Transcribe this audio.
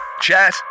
Chat